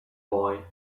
boy